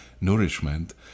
nourishment